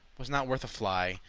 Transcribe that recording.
was not worth a fly,